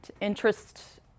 interest